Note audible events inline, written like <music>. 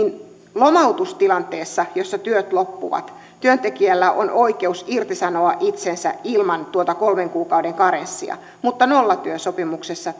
lomautustilanteessa jossa työt loppuvat työntekijällä on oikeus irtisanoa itsensä ilman tuota kolmen kuukauden karenssia niin nollatyösopimuksessa <unintelligible>